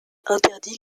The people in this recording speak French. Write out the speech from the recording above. interdit